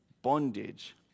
bondage